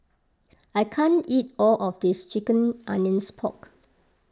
I can't eat all of this Ginger Onions Pork